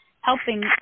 helping